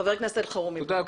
חבר הכנסת אלחרומי,